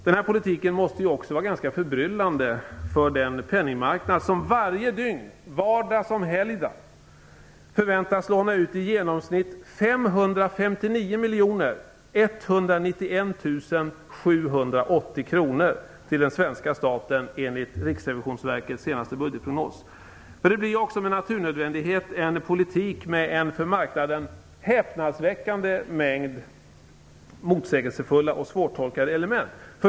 Den här politiken måste också vara ganska förbryllande för den penningmarknad som varje dygn, vardag som helgdag, förväntas låna ut i genomsnitt 559 191 780 kr till den svenska staten, enligt Riksrevisionsverkets senaste budgetprognos. Det blir också med naturnödvändighet en politik med en för marknaden häpnadsväckande mängd motsägelsefulla och svårtolkade element.